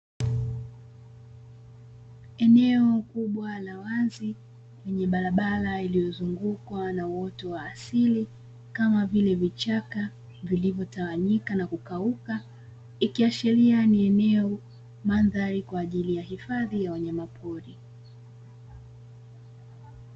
Eneo kubwa la wazi lenye barabara iliyozungukwa na uoto wa asili kama vile vichaka, vilivyotawanyika na kukauka; ikiashiria ni eneo ya mandhari kwa ajili ya hifadhi ya wanyamapori.